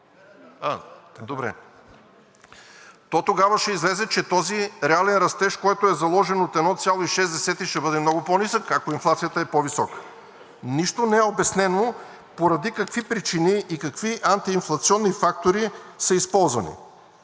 то тогава ще излезе, че този реален растеж от 1,6%, който е заложен, ще бъде много по-нисък, ако инфлацията е по-висока. Нищо не е обяснено поради какви причини и какви антиинфлационни фактори са използвани.